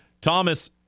thomas